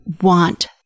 want